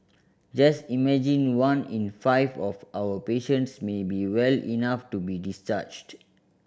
just imagine one in five of our patients may be well enough to be discharged